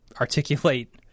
articulate